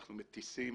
אנחנו מטיסים